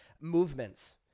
movements